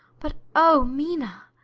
but oh, mina,